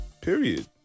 Period